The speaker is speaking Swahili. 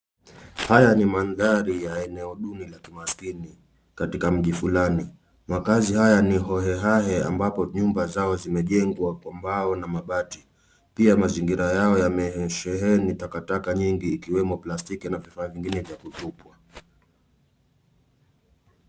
Haya ni mandhari ya eneo duni la kimaskini katika mji fualani. Makazi haya ni hohehahe ambapo nyumba zao zimejengwa kwa mbao na mabati. Pia mazingira yao yamesheheni takataka nyingi ikiwemo plastiki na vifaa vingine vya kutupwa.